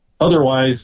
Otherwise